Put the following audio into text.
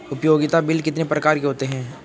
उपयोगिता बिल कितने प्रकार के होते हैं?